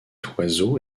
oiseau